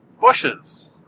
bushes